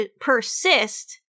persist